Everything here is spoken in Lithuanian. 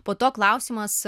po to klausimas